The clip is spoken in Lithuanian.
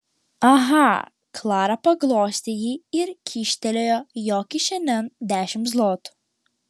aha klara paglostė jį ir kyštelėjo jo kišenėn dešimt zlotų